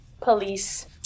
police